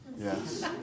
Yes